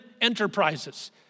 enterprises